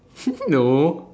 no